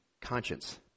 conscience